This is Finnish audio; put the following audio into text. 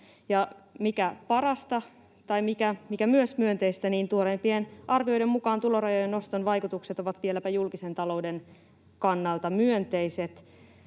mikä parasta tai mikä myös myönteistä, niin tuoreimpien arvioiden mukaan tulorajojen noston vaikutukset ovat vieläpä julkisen talouden kannalta myönteiset.